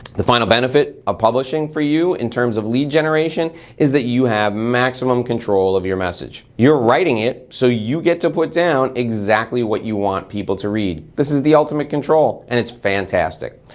the final benefit of publishing for you in terms of lead generation is that you have maximum control of your message. you're writing it, so you get to put down exactly what you want people to read. this is the ultimate control and it's fantastic.